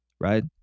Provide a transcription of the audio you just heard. right